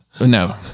No